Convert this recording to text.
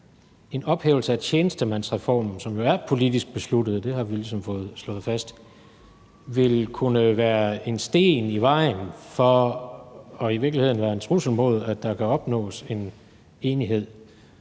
en ophævelse af tjenestemandsreformen – den er jo politisk besluttet, det har vi ligesom fået slået fast – vil kunne være en sten i vejen for og i virkeligheden være en trussel mod, at der kan opnås en enighed.